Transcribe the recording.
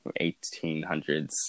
1800s